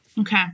Okay